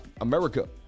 America